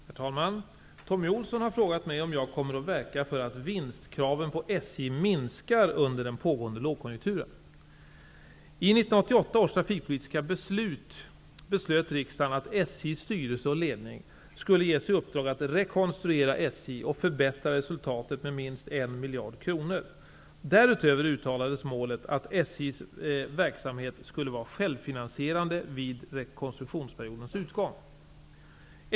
Herr talman! Thommy Ohlsson har frågat mig om jag kommer att verka för att vinstkraven på SJ minskar under den pågående lågkonjunkturen. SJ:s styrelse och ledning skulle ges i uppdrag att rekonstruera SJ och förbättra resultatet med minst 1 miljard kronor. Därutöver uttalades målet att SJ:s verksamhet skulle vara självfinansierande vid rekonstruktionsperiodens utgång.